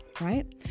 right